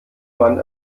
mann